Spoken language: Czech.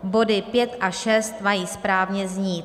Body 5 a 6 mají správně znít: